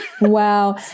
Wow